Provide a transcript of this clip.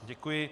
Děkuji.